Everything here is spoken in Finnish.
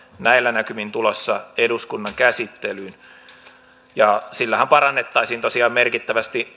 näillä näkymin tulossa eduskunnan käsittelyyn sillähän parannettaisiin tosiaan merkittävästi